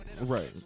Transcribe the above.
Right